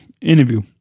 interview